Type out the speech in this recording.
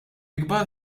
ikbar